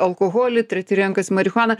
alkoholį treti renkasi marihuaną